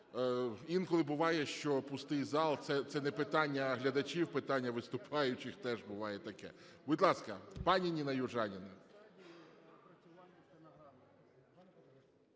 інколи буває, що пустий зал. Це не питання глядачів – питання виступаючих, теж буває таке. Будь ласка, пані Ніна Южаніна.